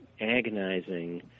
agonizing